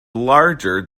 larger